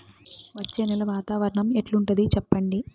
వచ్చే నెల వాతావరణం ఎట్లుంటుంది చెప్పండి?